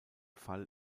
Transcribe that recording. fall